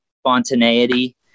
spontaneity